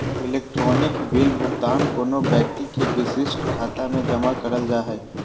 electronic bill भुगतान कोनो व्यक्ति के विशिष्ट खाता में जमा करल जा हइ